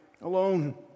alone